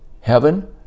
heaven